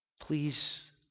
please